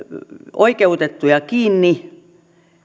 oikeutettuja kiinni